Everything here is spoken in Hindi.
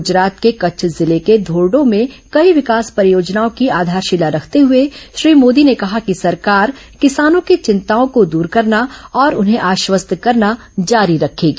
गुजरात के कच्छ जिले के धोर्डो में कई विकास परियोजनाओं की आधारशिला रखते हुए श्री मोदी ने कहा कि सरकार किसानों की चिंताओं को दूर करना और उन्हें आश्वस्त करना जारी रखेगी